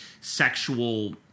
sexual